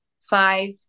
five